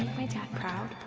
my dad proud?